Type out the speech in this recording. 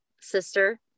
sister